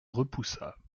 repoussa